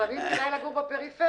לפעמים כדאי לגור בפריפריה.